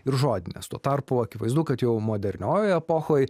ir žodinės tuo tarpu akivaizdu kad jau moderniojoje epochoj